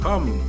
Come